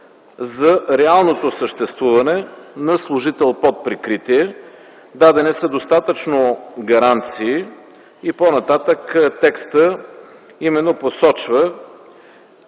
за реалното съществуване на служител под прикритие. Дадени са достатъчно гаранции и по-нататък текстът посочва,